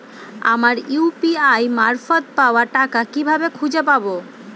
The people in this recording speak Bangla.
আমার ইউ.পি.আই মারফত পাওয়া টাকা কিভাবে খুঁজে পাব?